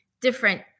different